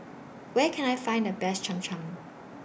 Where Can I Find The Best Cham Cham